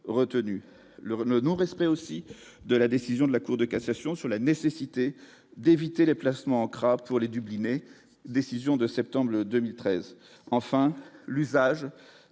retenus le le non-respect aussi de la décision de la Cour de cassation, sur la nécessité d'éviter les placements en crabe pour les dublinés décision de septembre, le 2013, enfin l'usage